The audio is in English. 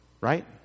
Right